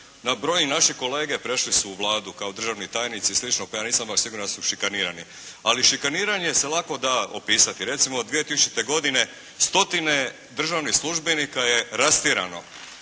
Brojni naši kolege prešli su u Vladu kao državni tajnici i slično pa ja nisam baš siguran da su šikanirani, ali šikaniranje se lako da opisati. Recimo, 2000. godine stotine državnih službenika je rastjerano,